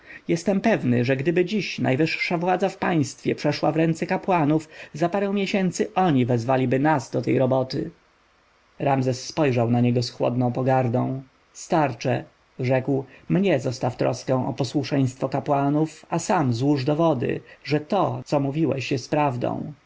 jestem pewny że gdyby dziś najwyższa władza w państwie przeszła w ręce kapłanów za parę miesięcy oni wezwaliby nas do tej budowy ramzes spojrzał na niego z chłodną pogardą starcze rzekł mnie zostaw troskę o posłuszeństwo kapłanów a sam złóż dowody że to co mówiłeś jest prawdą